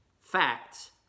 Facts